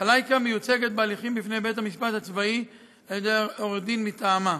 חלאיקה מיוצגת בהליכים בפני בית-המשפט הצבאי על-ידי עורך-דין מטעמה.